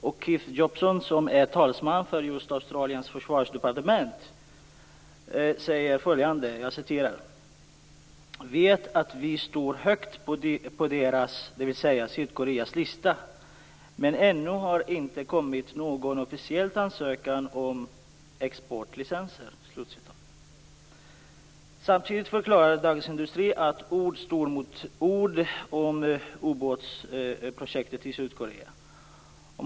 Keith Jobson som är talesman för Australiens försvarsdepartement säger följande: "vi vet att vi står högt på deras - dvs. Sydkoreas - lista. Men ännu har det inte kommit någon officiell ansökan om exportlicenser." Samtidigt förklarade Dagens Industri att ord står mot ord om ubåtsprojektet i Sydkorea.